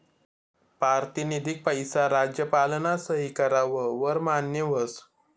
पारतिनिधिक पैसा राज्यपालना सही कराव वर मान्य व्हस